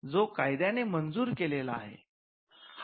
जो कायद्याने मंजूर केलेला आहे